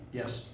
Yes